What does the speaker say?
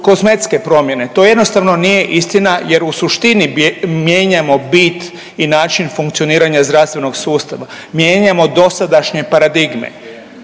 kozmetske promjene. To jednostavno nije istina, jer u suštini mijenjamo bit i način funkcioniranja zdravstvenog sustava, mijenjamo dosadašnje paradigme.